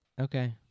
Okay